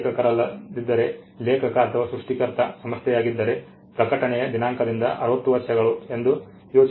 ಅದು ಲೇಖಕರಲ್ಲದಿದ್ದರೆ ಲೇಖಕ ಅಥವಾ ಸೃಷ್ಟಿಕರ್ತ ಸಂಸ್ಥೆಯಾಗಿದ್ದರೆ ಪ್ರಕಟಣೆಯ ದಿನಾಂಕದಿಂದ 60 ವರ್ಷಗಳು ಎಂದು ಯೋಚಿಸಿ